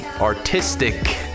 artistic